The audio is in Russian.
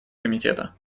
комитета